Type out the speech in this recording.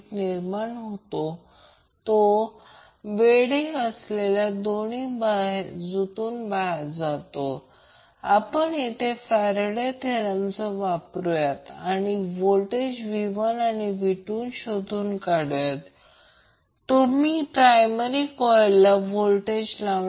तर हे दोन बिंदू 12 पॉवर पॉईंट आणि हे अंतर ज्याला आपण बँडविड्थ म्हणतो आणि हे जर ω असेल तर पर सेकंद रेडियनमध्ये असेल जर फ्रिक्वेन्सी असेल तर ते हर्ट्झमध्ये असेल